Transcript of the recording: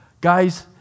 Guys